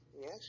yes